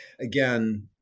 Again